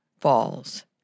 Falls